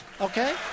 okay